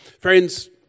Friends